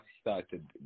started